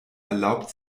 erlaubt